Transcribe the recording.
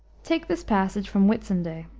take this passage from whitsunday,